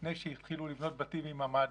לפני שהתחילו לבנות בתים עם ממ"דים